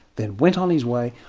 then went on his way.